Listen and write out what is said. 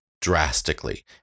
drastically